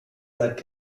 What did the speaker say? seit